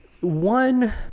one